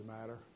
matter